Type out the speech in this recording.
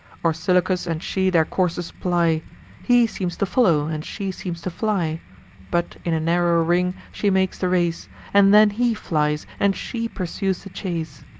orsilochus and she their courses ply he seems to follow, and she seems to fly but in a narrower ring she makes the race and then he flies, and she pursues the chase.